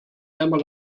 einmal